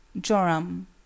joram